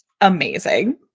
Amazing